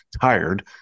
tired